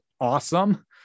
awesome